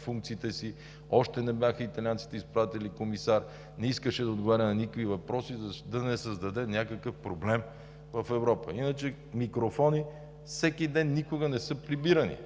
функциите си, италианците още не бяха изпратили комисар, не искаше да отговаря на никакви въпроси, за да не създаде някакъв проблем в Европа. Иначе микрофони – всеки ден, никога не са прибирани,